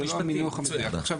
עכשיו,